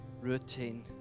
routine